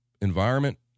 environment